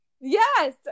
yes